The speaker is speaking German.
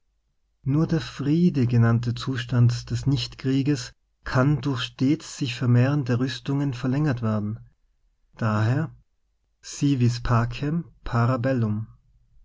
nur der friede genannte zustand des nicht krieges kann durch stets sich vermehrende rüstungen verlängert werden daher si